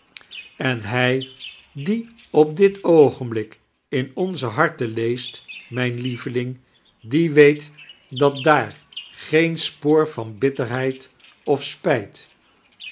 en hij die op dit oogeiiibldk in onze harten leeist mijn hoveling die weet dat daar geen spoor van bitterheid of spijt